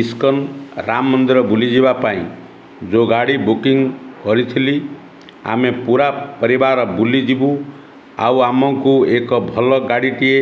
ISKCON Ram ମନ୍ଦିର ବୁଲିଯିବା ପାଇଁ ଯେଉଁ ଗାଡ଼ି ବୁକିଂ କରିଥିଲି ଆମେ ପୂରା ପରିବାର ବୁଲିଯିବୁ ଆଉ ଆମକୁ ଏକ ଭଲ ଗାଡ଼ିଟିଏ